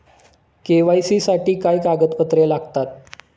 KYC साठी काय कागदपत्रे लागतात?